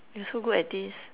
we're so good at this